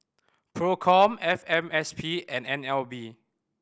Procom F M S P and N L B